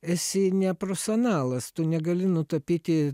esi neprofesionalas tu negali nutapyti